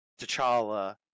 T'Challa